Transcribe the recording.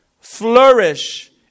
Flourish